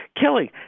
killing